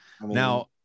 Now